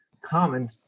common